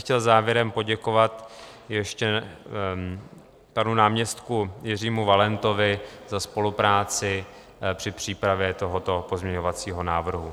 Chtěl bych závěrem poděkovat ještě panu náměstkovi Jiřímu Valentovi za spolupráci při přípravě tohoto pozměňovacího návrhu.